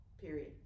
period